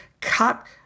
cut